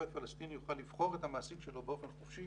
פלסטיני יוכל לבחור את המעסיק שלו באופן חופשי